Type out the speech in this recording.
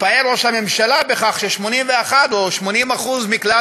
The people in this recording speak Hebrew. התפאר ראש הממשלה בכך ש-81% או 80% מכלל